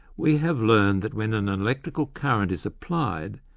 we have learned that when an and electrical current is applied,